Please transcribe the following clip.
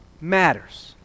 matters